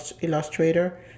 Illustrator